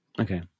Okay